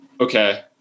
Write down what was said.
okay